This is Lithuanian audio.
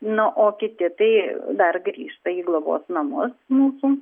nu o kiti tai dar grįžta į globos namus mūsų